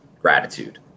gratitude